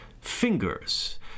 Fingers